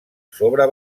sobre